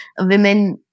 women